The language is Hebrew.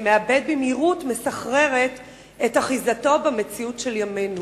מאבד במהירות מסחררת את אחיזתו במציאות של ימינו.